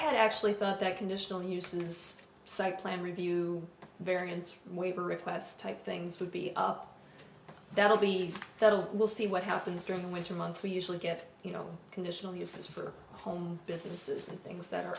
had actually thought that conditional uses site plan review variance from waiver requests type things would be up that'll be that'll we'll see what happens during the winter months we usually get you know conditional uses for home businesses and things that are